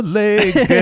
legs